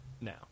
now